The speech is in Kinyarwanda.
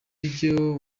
biryo